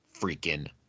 freaking